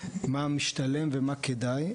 מה משתלם ומה כדאי,